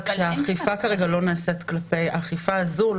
רק שהאכיפה הזו לא נעשית כלפי קטינים.